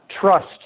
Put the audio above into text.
trust